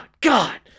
God